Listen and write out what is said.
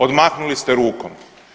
Odmahnuli ste rukom.